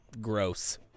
gross